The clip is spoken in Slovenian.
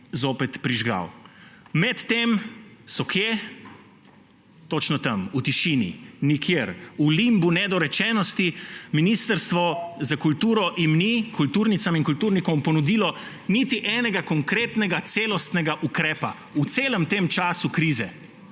zopet prižgal. Med tem so – kje? Točno tam, v tišini, nikjer, v limbu nedorečenosti. Ministrstvo za kulturo jim ni, kulturnicam in kulturnikom, ponudilo niti enega konkretnega celostnega ukrepa, v celem času krize